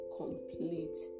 complete